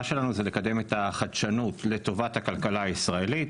שלנו זה לקדם את החדשנות לטובת הכלכלה הישראלית,